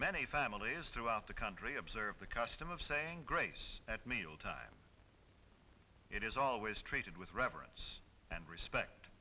many families throughout the country observe the custom of saying grace at mealtime it is always treated with reverence and respect